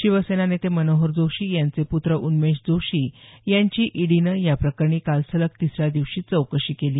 शिवसेना नेते मनोहर जोशी यांचे पूत्र उन्मेश जोशी यांची ईडीनं या प्रकरणी काल सलग तिसऱ्या दिवशी चौकशी केली